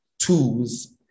tools